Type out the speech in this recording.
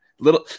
little